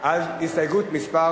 על הסתייגות מס'